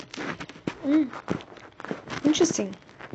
mm interesting